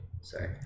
Sorry